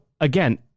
again